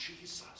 Jesus